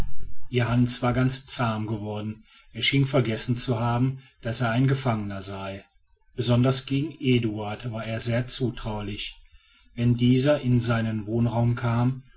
ihr hans war ganz zahm geworden er schien vergessen zu haben daß er ein gefangener sei besonders gegen eduard war er sehr zutraulich wenn dieser in seinen wohnraum kam